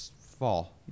fall